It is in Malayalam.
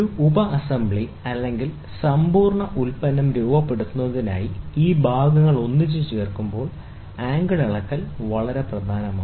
ഒരു ഉപ അസംബ്ലി അല്ലെങ്കിൽ സമ്പൂർണ്ണ ഉൽപ്പന്നം രൂപപ്പെടുത്തുന്നതിനായി ഈ ഭാഗങ്ങൾ ഒന്നിച്ച് ചേർക്കുമ്പോൾ ആംഗിൾ അളക്കൽ വളരെ പ്രധാനമാണ്